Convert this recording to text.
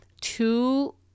two